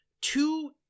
two